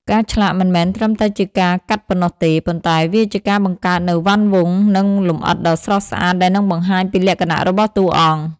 ការឆ្លាក់មិនមែនត្រឹមតែជាការកាត់ប៉ុណ្ណោះទេ ប៉ុន្តែវាជាការបង្កើតនូវវណ្ឌវង្កនិងលម្អិតដ៏ស្រស់ស្អាតដែលនឹងបង្ហាញពីលក្ខណៈរបស់តួអង្គ។